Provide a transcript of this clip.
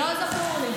אינה נוכחת,